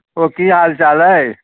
ओ की हाल चाल अइ